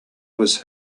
was